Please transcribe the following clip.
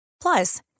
Plus